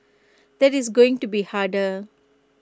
that is going to be harder